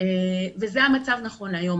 וזה המצב נכון להיום.